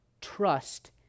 trust